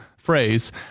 phrase